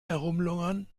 herumlungern